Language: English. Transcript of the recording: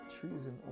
treason